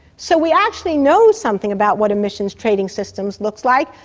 so we actually know something about what emissions trading systems look like,